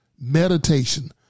meditation